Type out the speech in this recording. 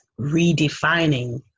redefining